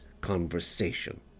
conversation